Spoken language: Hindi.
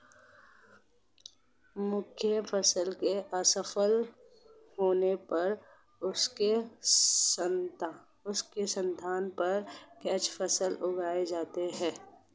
मुख्य फसल के असफल होने पर उसके स्थान पर कैच फसल उगाई जाती है